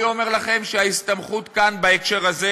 אני אומר לכם שההסתמכות כאן בהקשר הזה